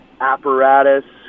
apparatus